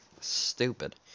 stupid